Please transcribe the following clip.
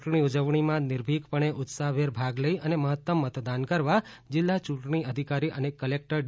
ચૂંટણી ઉજવણીમાં નિર્ભિકપણે ઉત્સાહભેર ભાગ લઇ અને મહત્તમ મતદાન કરવા જિલ્લા ચૂંટણી અધિકારી અને કલેક્ટર ડી